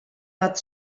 bat